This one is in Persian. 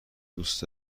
دوست